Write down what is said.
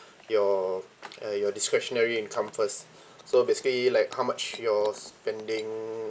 your uh your discretionary income first so basically like how much your spending